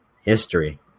history